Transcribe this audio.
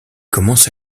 commence